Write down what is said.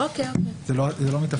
זה לא מתפקידי.